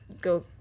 go